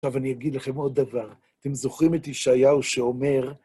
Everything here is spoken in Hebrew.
עכשיו אני אגיד לכם עוד דבר. אתם זוכרים את ישעיהו שאומר...